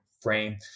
frame